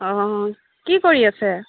অ' কি কৰি আছে